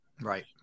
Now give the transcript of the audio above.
Right